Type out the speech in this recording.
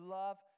love